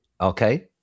okay